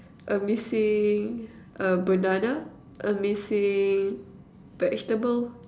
a missing uh banana a missing vegetable